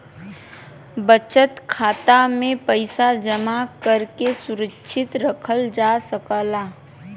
बचत खाता में पइसा जमा करके सुरक्षित रखल जा सकला